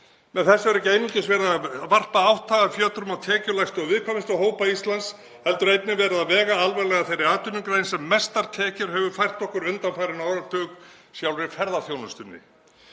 Með þessu er ekki einungis verið að varpa átthagafjötrum á tekjulægstu og viðkvæmustu hópa Íslands heldur einnig verið að vega alvarlega að þeirri atvinnugrein sem mestar tekjur hefur fært okkur undanfarinn áratug, sjálfri ferðaþjónustunni.